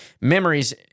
memories